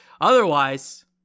Otherwise